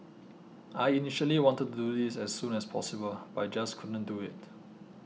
I initially wanted to do this as soon as possible but I just couldn't do it